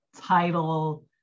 title